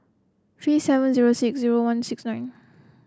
three seven zero six zero one six nine